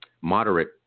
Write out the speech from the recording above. moderate